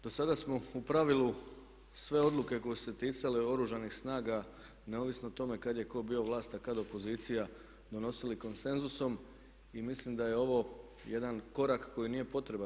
Do sada smo u pravilu sve odluke koje su se ticale Oružanih snaga neovisno o tome kad je tko bio vlast, a kad opozicija donosili konsenzusom i mislim da je ovo jedan korak koji nije potreban.